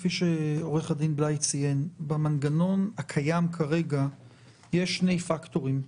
כפי שעו"ד בליי ציין במנגנון הקיים כרגע יש שני פקטורים.